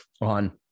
on